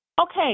Okay